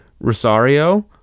Rosario